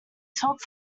talked